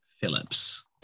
Phillips